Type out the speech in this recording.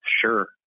sure